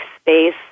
space